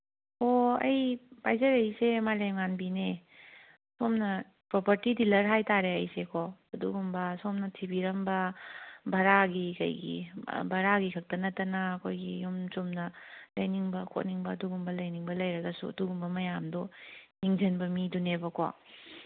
ꯑꯣ ꯑꯩ ꯄꯥꯏꯖꯔꯛꯏꯁꯦ ꯃꯥꯂꯦꯝꯉꯥꯟꯕꯤꯅꯦ ꯁꯣꯝꯅ ꯄ꯭ꯔꯣꯄꯔꯇꯤ ꯗꯤꯂꯔ ꯍꯥꯏꯇꯥꯔꯦ ꯑꯩꯁꯦꯀꯣ ꯑꯗꯨꯒꯨꯝꯕ ꯁꯣꯝꯅ ꯊꯤꯕꯤꯔꯝꯕ ꯚꯔꯥꯒꯤ ꯀꯩꯒꯤ ꯚꯔꯥꯒꯤꯈꯛꯇ ꯅꯠꯇꯅ ꯑꯩꯈꯣꯏꯒꯤ ꯌꯨꯝ ꯆꯨꯝꯅ ꯂꯩꯅꯤꯡꯕ ꯈꯣꯠꯅꯤꯡꯕ ꯑꯗꯨꯒꯨꯝꯕ ꯂꯩꯅꯤꯡꯕ ꯂꯩꯔꯒꯁꯨ ꯑꯗꯨꯒꯨꯝꯕ ꯃꯌꯥꯝꯗꯨ ꯌꯦꯡꯁꯤꯟꯕ ꯃꯤꯗꯨꯅꯦꯕꯀꯣ